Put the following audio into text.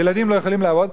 ילדים לא יכולים לעבוד,